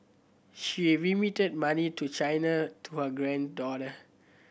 she's remitting money to China to her granddaughter